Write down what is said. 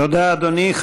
תודה, אדוני.